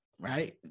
right